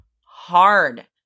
hard